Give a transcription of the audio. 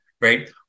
right